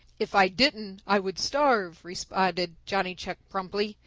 if i didn't i would starve, responded johnny chuck promptly.